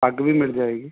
ਪੱਗ ਵੀ ਮਿਲ ਜਾਏਗੀ